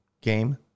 game